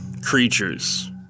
creatures